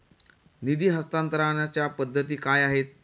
निधी हस्तांतरणाच्या पद्धती काय आहेत?